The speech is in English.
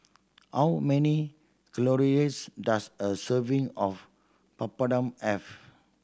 how many calories does a serving of Papadum have